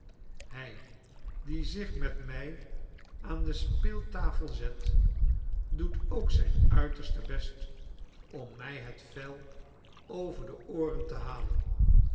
hij die zich met mij aan de speeltafel zet doet ook zijn uiterste best om mij het vel over de ooren te halen